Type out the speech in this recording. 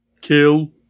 kill